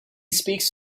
speaks